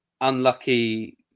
unlucky